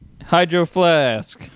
Hydroflask